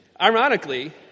Ironically